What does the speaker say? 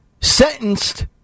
sentenced